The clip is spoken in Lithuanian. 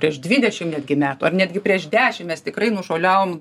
prieš dvidešim netgi metų ar netgi prieš dešim mes tikrai nušuoliavom